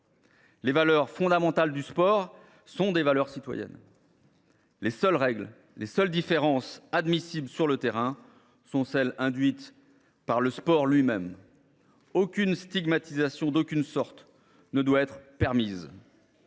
Les valeurs fondamentales du sport sont des valeurs citoyennes. Les seules règles et les seules différences admissibles sur le terrain sont ainsi celles qu’induit le sport lui même. Nulle stigmatisation ne doit être permise.